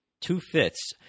two-fifths